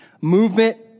Movement